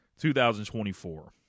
2024